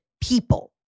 people